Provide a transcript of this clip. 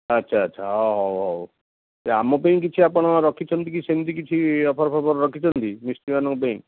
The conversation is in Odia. ଆଚ୍ଛା ଆଚ୍ଛା ଅ ହଉ ହଉ ଆମ ପାଇଁ କିଛି ଆପଣ ରଖିଛନ୍ତି କି ସେମିତି କିଛି ଅଫର ଫଫର ରଖିଛନ୍ତି କି ମିସ୍ତ୍ରୀମାନଙ୍କ ପାଇଁ